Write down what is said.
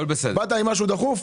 באת עם משהו דחוף?